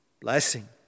blessing